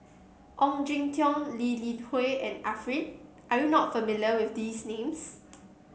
Ong Jin Teong Lee Li Hui and Arifin are you not familiar with these names